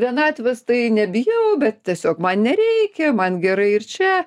vienatvės tai nebijau bet tiesiog man nereikia man gerai ir čia